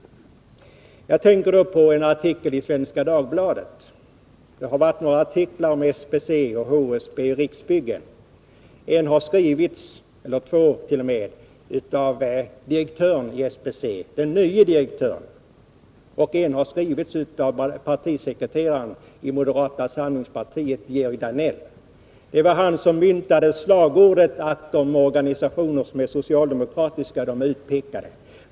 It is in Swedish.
Jag tänker på en artikel i Svenska Dagbladet. Det har varit några artiklar om SBC, HSB och Riksbyggen. Två har skrivits av den nye direktören i SBC, och en har skrivits av partisekreteraren i moderata samlingspartiet, Georg Danell. Det var han som myntade slagordet att de organisationer som är socialdemokratiska är utpekade.